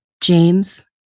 James